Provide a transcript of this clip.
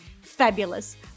fabulous